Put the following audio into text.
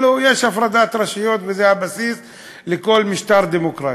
יש הפרדת רשויות, וזה הבסיס לכל משטר דמוקרטי.